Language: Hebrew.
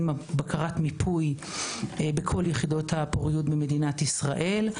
בקרת מיפוי בכל יחידות הפוריות במדינת ישראל,